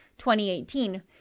2018